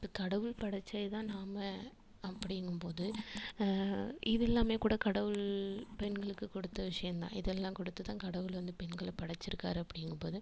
இப்போ கடவுள் படைத்தது தான் நம்ம அப்படிங்கும் போது இது எல்லாமே கூட கடவுள் பெண்களுக்கு கொடுத்த விஷயம்தான் இது எல்லாம் கொடுத்து தான் கடவுள் வந்து பெண்களை படைச்சிருக்காரு அப்படிங்கும் போது